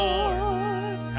Lord